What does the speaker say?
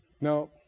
no